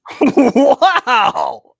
Wow